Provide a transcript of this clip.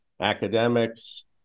academics